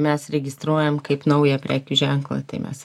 mes registruojam kaip naują prekių ženklą tai mes